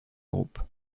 groupe